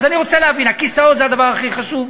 אז אני רוצה להבין: הכיסאות זה הדבר הכי חשוב?